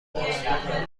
رعد